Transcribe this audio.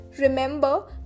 Remember